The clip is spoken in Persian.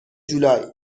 جولای